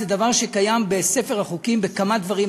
זה דבר שקיים בספר החוקים בכמה דברים,